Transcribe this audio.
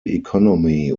economy